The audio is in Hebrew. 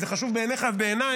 אם זה חשוב בעיניך ובעיניי,